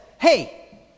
Hey